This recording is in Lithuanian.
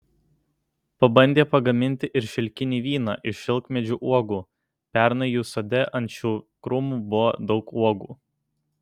pabandė pagaminti ir šilkinį vyną iš šilkmedžių uogų pernai jų sode ant šių krūmų buvo daug uogų